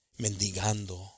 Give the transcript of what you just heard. mendigando